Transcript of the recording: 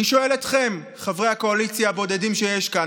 אני שואל אתכם, חברי הקואליציה הבודדים שיש כאן: